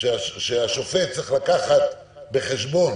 שהשופט צריך לקחת בחשבון